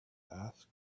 asked